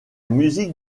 musique